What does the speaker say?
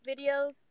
videos